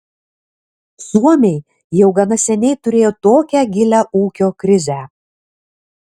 suomiai jau gana seniai turėjo tokią gilią ūkio krizę